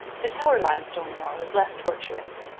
the tower limestone wall is less tortuous.